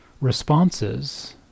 responses